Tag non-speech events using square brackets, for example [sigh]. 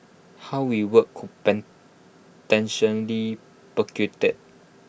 how we work could potentially [unintelligible]